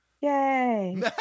Yay